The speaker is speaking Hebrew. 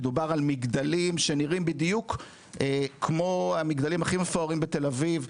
מדובר על מגדלים שנראים בדיוק כמו המגדלים הכי מפוארים בתל אביב,